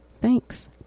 Thanks